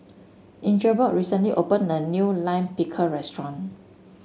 Ingeborg recently opened a new Lime Pickle restaurant